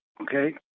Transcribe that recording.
okay